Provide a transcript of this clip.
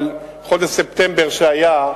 אבל חודש ספטמבר שהיה,